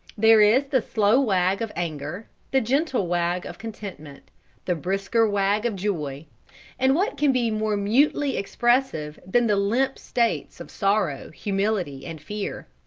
there is the slow wag of anger the gentle wag of contentment the brisker wag of joy and what can be more mutely expressive than the limp states of sorrow, humility, and fear?